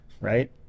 right